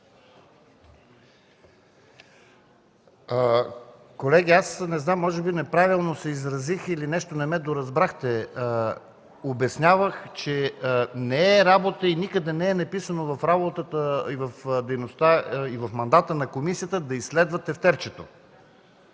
Колеги, аз не зная, може би неправилно се изразих или нещо не ме доразбрахте. Обяснявах, че не е работа и никъде не е записано за работата, дейността и в мандата на комисията да изследва тефтерчето.